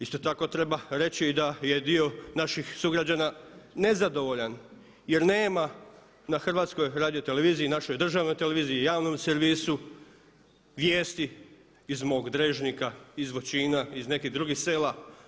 Isto tako treba reći i da je dio naših sugrađana nezadovoljan jer nema na HRT-u, našoj državnoj televiziji i javnom servisu vijesti iz mog Drežnika, iz Voćina, iz nekih drugih sela.